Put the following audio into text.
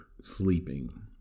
sleeping